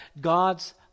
God's